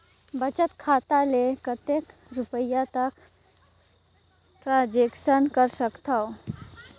बचत खाता ले कतेक रुपिया तक ट्रांजेक्शन कर सकथव?